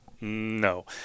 No